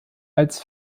als